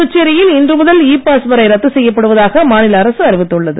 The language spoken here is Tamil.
புதுச்சேரியில் இன்று முதல் இ பாஸ் முறை ரத்து செய்யப்படுவதாக மாநில அரசு அறிவித்துள்ளது